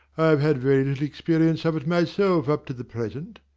i have had very little experience of it myself up to the present.